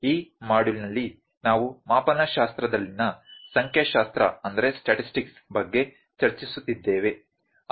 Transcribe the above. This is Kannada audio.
ಈ ಮಾಡ್ಯೂಲ್ನಲ್ಲಿ ನಾವು ಮಾಪನಶಾಸ್ತ್ರದಲ್ಲಿನ ಸಂಖ್ಯಾಶಾಸ್ತ್ರ ಬಗ್ಗೆ ಚರ್ಚಿಸುತ್ತಿದ್ದೇವೆ